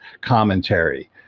commentary